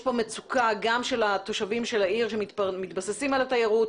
יש כאן מצוקה גם של התושבים של העיר שמתבססים על התיירות